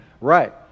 Right